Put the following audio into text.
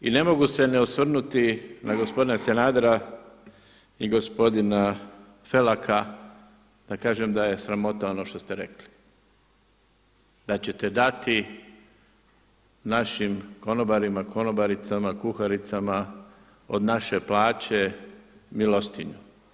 I ne mogu se ne osvrnuti na gospodina Sanadera i gospodina Felaka da kažem da je sramota ono što ste rekli da ćete dati našim konobarima, konobaricama, kuharicama od naše plaće milostinju.